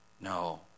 No